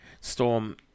Storm